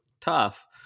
tough